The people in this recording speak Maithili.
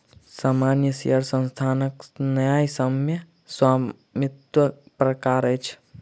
सामान्य शेयर संस्थानक न्यायसम्य स्वामित्वक प्रकार अछि